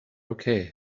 okay